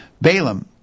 Balaam